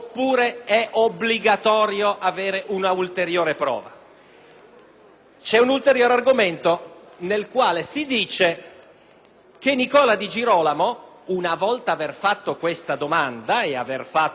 C'è un ulteriore argomento che sostiene che Nicola Di Girolamo, dopo aver fatto questa domanda e aver avviato la pratica presso il Municipio (purtroppo per lui, quello sbagliato)